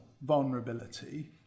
vulnerability